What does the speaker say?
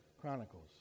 Chronicles